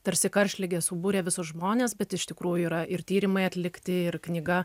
tarsi karštligė subūrė visus žmones bet iš tikrųjų yra ir tyrimai atlikti ir knyga